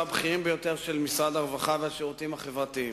הבכירים ביותר של משרד הרווחה והשירותים החברתיים,